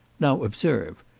now observe,